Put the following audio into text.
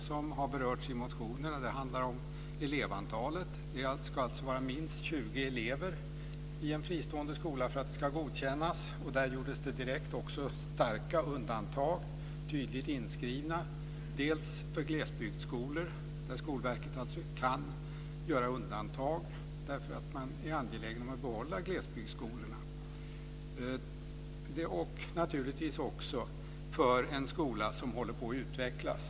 Ett har berörts i motionerna. Det handlar om elevantalet. Det ska vara minst 20 elever i en fristående skola för att den ska godkännas. Där gjordes direkt starka undantag, tydligt inskrivna, för bl.a. glesbygdskolor. Där kan Skolverket göra undantag eftersom man är angelägen om att behålla glesbygdsskolorna. Det gäller naturligtvis också en skola som håller på att utvecklas.